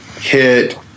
hit